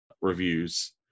reviews